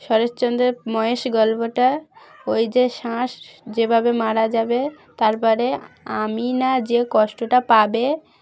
শরেশচন্দ্রের মহেশ গল্পটা ওই যে শ্বাস যেভাবে মারা যাবে তারপরে আমি না যে কষ্টটা পাবে